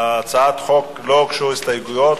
להצעת החוק לא הוגשו הסתייגויות.